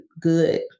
good